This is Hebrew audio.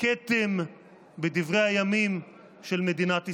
כתם בדברי הימים של מדינת ישראל.